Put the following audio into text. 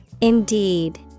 Indeed